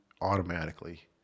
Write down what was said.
automatically